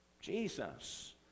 Jesus